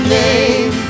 name